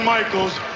Michaels